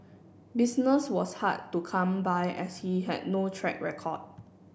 business was hard to come by as he had no track record